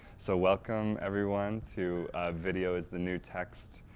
so welcome everyone to video is the new text.